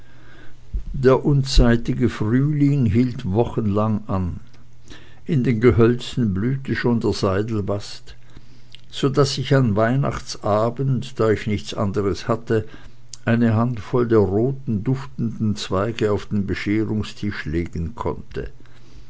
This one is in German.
der unzeitige frühling hielt wochenlang an in den gehölzen blühte schon der zeidelbast so daß ich am weihnachtsabend da ich nichts anderes hatte eine handvoll der roten duftenden zweige auf den bescherungstisch legen konnte